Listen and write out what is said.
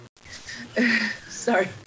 Sorry